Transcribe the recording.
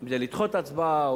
אם זה לדחות הצבעה,